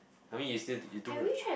I mean you still you do right